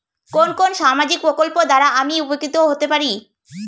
কোন কোন সামাজিক প্রকল্প দ্বারা আমি উপকৃত হতে পারি?